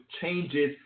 changes